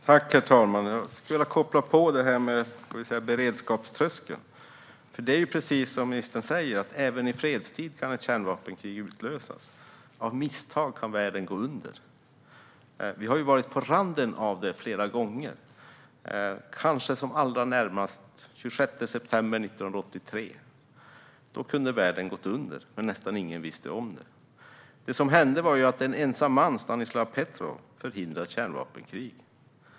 Herr talman! Jag skulle vilja koppla på detta med beredskapströskeln, för det är precis som ministern säger: Även i fredstid kan ett kärnvapenkrig utlösas. Av misstag kan världen gå under. Vi har varit på randen till detta flera gånger. Kanske kom vi allra närmast den 26 september 1983 - då kunde världen ha gått under, men nästan ingen visste om det. Det som hände var att en ensam man, Stanislav Petrov, förhindrade ett kärnvapenkrig.